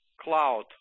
cloud